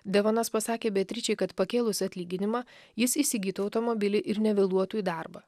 devonas pasakė beatričei kad pakėlus atlyginimą jis įsigytų automobilį ir nevėluotų į darbą